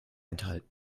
enthalten